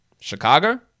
Chicago